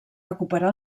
recuperar